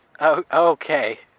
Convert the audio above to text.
Okay